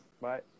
Bye